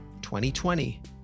2020